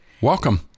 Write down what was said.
Welcome